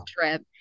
trip